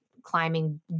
climbing